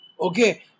Okay